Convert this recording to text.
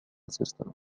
system